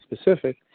specific